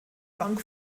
bank